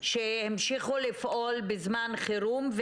שהמשיכו לפעול בזמן חרום,